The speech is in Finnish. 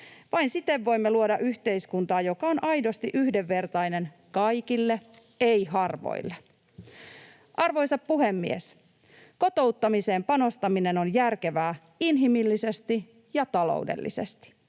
Vain siten voimme luoda yhteiskuntaa, joka on aidosti yhdenvertainen kaikille, ei harvoille. Arvoisa puhemies! Kotouttamiseen panostaminen on järkevää inhimillisesti ja taloudellisesti.